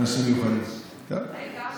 "אנשים מיוחדים" טוב.